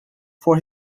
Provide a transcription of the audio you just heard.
for